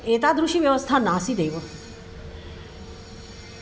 एतादृशी व्यवस्था नासीदेव